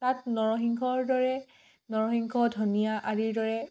তাত নৰসিংহৰ দৰে নৰসিংহ ধনিয়া আদিৰ দৰে